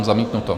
Zamítnuto.